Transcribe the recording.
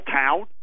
town